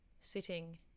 Sitting